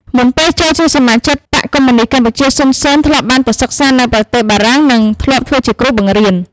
មុនពេលចូលជាសមាជិកបក្សកុម្មុយនីស្តកម្ពុជា សុន សេន ធ្លាប់បានទៅសិក្សានៅប្រទេសបារាំងនិងធ្លាប់ធ្វើជា គ្រូបង្រៀន។